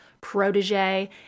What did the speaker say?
protege